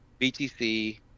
BTC